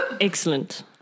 Excellent